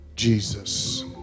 Jesus